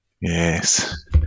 Yes